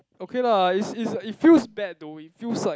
okay lah is is it feels bad though it feels like